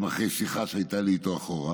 גם אחרי שיחה שהייתה לי איתו מאחור.